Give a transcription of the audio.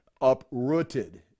uprooted